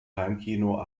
heimkino